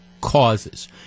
causes